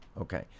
Okay